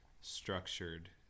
structured